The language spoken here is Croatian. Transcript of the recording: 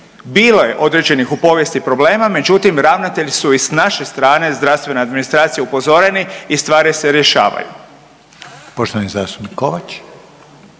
Bilo je određenih u povijesti problema, međutim ravnatelji su i s naše strane zdravstvena administracija upozoreni i stvari se rješavaju. **Reiner, Željko